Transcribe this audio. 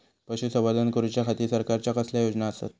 पशुसंवर्धन करूच्या खाती सरकारच्या कसल्या योजना आसत?